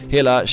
Hela